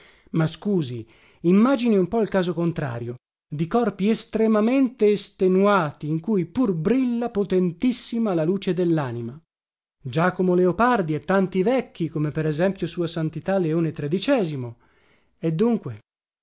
ma scusi immagini un po il caso contrario di corpi estremamente estenuati in cui pur brilla potentissima la luce dellanima giacomo leopardi e tanti vecchi come per esempio ua antità eone dunque